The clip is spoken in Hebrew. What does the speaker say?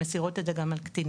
הן מסירות את זה גם על קטינים.